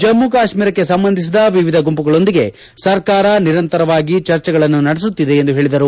ಜಮ್ಮ ಕಾಶ್ಮೀರಕ್ಕೆ ಸಂಬಂಧಿಸಿದ ವಿವಿಧ ಗುಂಮಗಳೊಂದಿಗೆ ಸರ್ಕಾರ ನಿರಂತರವಾಗಿ ಚರ್ಚೆಗಳನ್ನು ನಡೆಸುತ್ತಿದೆ ಎಂದು ಹೇಳಿದರು